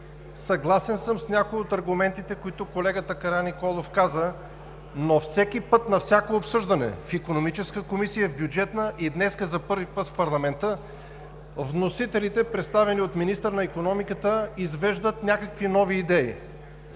Съгласен съм с някои от аргументите, които колегата Караниколов каза, но всеки път на всяко обсъждане в Икономическата комисия, в Бюджетната и днес за първи път в парламента вносителите, представени от министъра на икономиката, извеждат някакви нови идеи.